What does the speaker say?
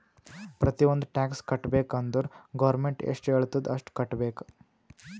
ಪ್ರತಿ ಒಂದ್ ಟ್ಯಾಕ್ಸ್ ಕಟ್ಟಬೇಕ್ ಅಂದುರ್ ಗೌರ್ಮೆಂಟ್ ಎಷ್ಟ ಹೆಳ್ತುದ್ ಅಷ್ಟು ಕಟ್ಟಬೇಕ್